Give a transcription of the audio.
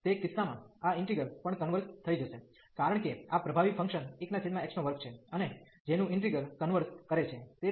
અને તે કિસ્સામાં આ ઇન્ટિગ્રલ પણ કન્વર્ઝ થઈ જશે કારણ કે આ પ્રભાવી ફંક્શન 1x2 છે અને જેનું ઈન્ટિગ્રલ કન્વર્ઝ કરે છે